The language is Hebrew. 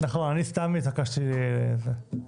כן, אני סתם התעקשתי על זה.